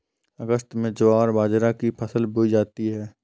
अगस्त में ज्वार बाजरा की फसल बोई जाती हैं